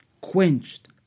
quenched